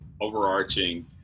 overarching